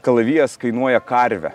kalavijas kainuoja karvę